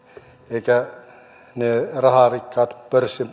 eivätkä ne raharikkaat